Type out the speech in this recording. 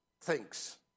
thinks